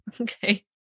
Okay